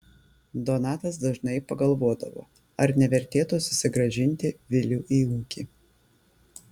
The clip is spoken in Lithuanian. donatas dažnai pagalvodavo ar nevertėtų susigrąžinti vilių į ūkį